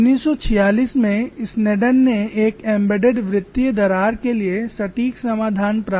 1946 में स्नेडन ने एक एम्बेडेड वृत्तीय दरार के लिए सटीक समाधान प्राप्त किया